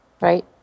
right